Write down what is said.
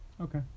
okay